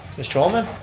mr. holman?